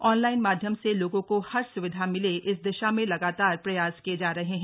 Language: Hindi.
ऑनलाइन माध्यम से लोगों को हर स्विधा मिले इस दिशा में लगातार प्रयास किये जा रहे हैं